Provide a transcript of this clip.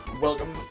Welcome